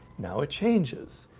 now it changes